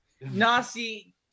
Nasi